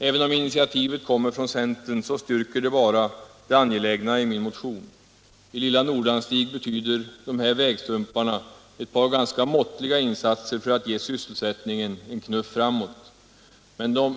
Även om initiativet kommer från centern, så styrker det bara det angelägna i min motion. I lilla Nordanstig betyder de här vägstumparna ett par ganska måttliga insatser för att ge sysselsättningen en knuff framåt.